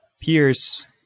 Pierce